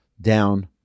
down